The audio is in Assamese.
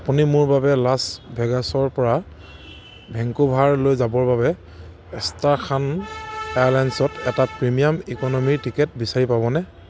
আপুনি মোৰ বাবে লাছ ভেগাছৰ পৰা ভেনকুভাৰলৈ যাবৰ বাবে এষ্ট্ৰাখান এয়াৰলাইনছত এটা প্ৰিমিয়াম ইক'নমিৰ টিকেট বিচাৰি পাবনে